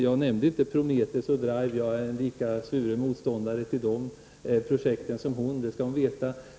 Jag nämnde inte Prometheus och Drive, men jag är en lika svuren motståndare till de projekten som hon, det skall hon veta.